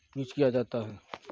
use کیا جاتا ہے